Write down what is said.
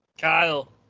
Kyle